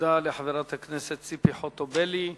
תודה לחברת הכנסת ציפי חוטובלי.